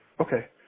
Okay